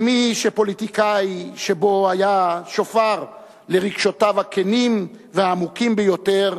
כמי שהפוליטיקאי שבו היה שופר לרגשותיו הכנים והעמוקים ביותר,